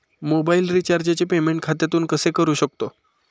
Mobile रिचार्जचे payment खात्यातून कसे करू शकतो?